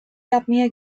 yapmaya